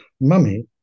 Mummy